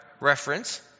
reference